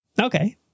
Okay